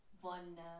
one